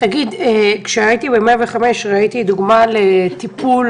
כשהייתי ב-105 ראיתי דוגמה לטיפול